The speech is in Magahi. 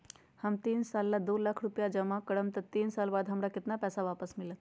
हम तीन साल ला दो लाख रूपैया जमा करम त तीन साल बाद हमरा केतना पैसा वापस मिलत?